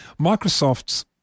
Microsoft's